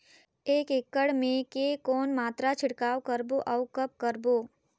एक एकड़ मे के कौन मात्रा छिड़काव करबो अउ कब करबो?